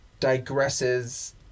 digresses